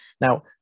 Now